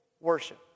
worship